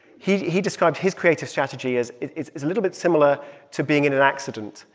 he he describes his creative strategy as it is is a little bit similar to being in an accident.